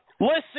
Listen